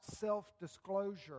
self-disclosure